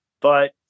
But-